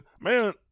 man